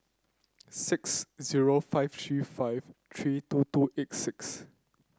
six zero five three five three two two eight six